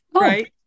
right